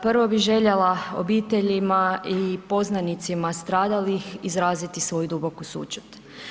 Prvo bi željela obiteljima i poznanicima stradalih izraziti svoju duboku sućut.